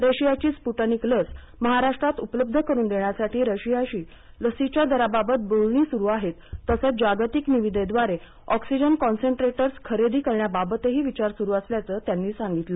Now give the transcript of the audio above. रशियाची स्पूटनिक लस महाराष्ट्रात उपलब्ध करून देण्यासाठी रशियाशी लसीच्या दराबाबत बोलणी स्रू आहेततसंच जागतिक निविदेद्वारे ऑक्सिजन कॉन्सन्ट्रेटर्स खरेदी करण्याबाबतही विचार सुरू असल्याचं त्यांनी सांगितलं